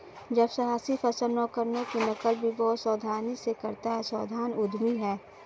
जब साहसी सफल नवकरणों की नकल भी बहुत सावधानी से करता है सावधान उद्यमी है